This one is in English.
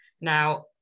Now